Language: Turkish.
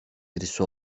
birisi